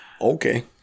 Okay